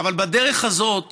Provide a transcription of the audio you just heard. אבל בדרך הזאת